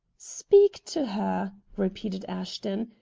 speak to her! repeated ashton.